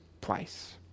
place